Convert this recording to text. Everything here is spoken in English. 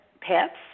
Pets